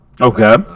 Okay